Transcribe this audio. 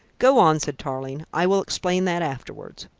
go on, said tarling. i will explain that afterwards.